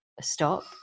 stop